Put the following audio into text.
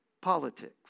politics